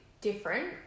different